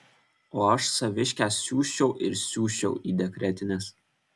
o aš saviškę siųsčiau ir siųsčiau į dekretines